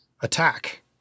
attack